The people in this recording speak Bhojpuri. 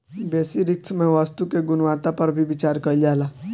बेसि रिस्क में वस्तु के गुणवत्ता पर भी विचार कईल जाला